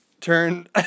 turn